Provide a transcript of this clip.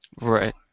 Right